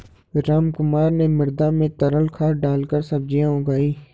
रामकुमार ने मृदा में तरल खाद डालकर सब्जियां उगाई